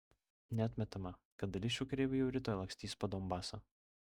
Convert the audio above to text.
neatmetama kad dalis šių kareivų jau rytoj lakstys po donbasą